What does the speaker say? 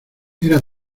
era